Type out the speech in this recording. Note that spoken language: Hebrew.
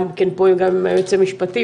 גם כן פה וגם עם היועץ המשפטי.